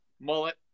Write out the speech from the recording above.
Mullet